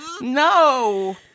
No